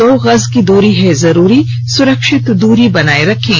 दो गज की दूरी है जरूरी सुरक्षित दूरी बनाए रखें